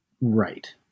right